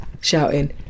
shouting